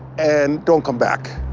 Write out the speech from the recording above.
and don't come back.